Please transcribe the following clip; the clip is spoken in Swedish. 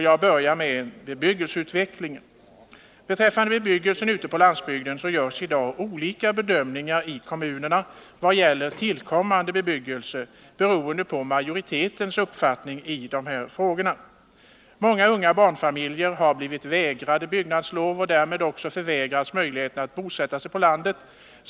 Jag börjar med bebyggelseutvecklingen. Beträffande bebyggelsen ute på landsbygden görs i dag olika bedömningar i kommunerna när det gäller tillkommande bebyggelse, beroende på majoritetens uppfattning i dessa frågor. Många unga barnfamiljer har blivit vägrade byggnadslov och därmed också förvägrats möjligheten att bosätta sig på landet.